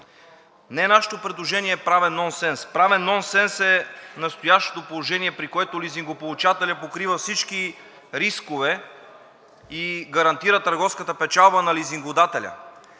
не нашето предложение е правен нонсенс, правен нонсенс е настоящото положение, при което лизингополучателят покрива всички рискове и гарантира търговската печалба на лизингодателя.